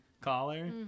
collar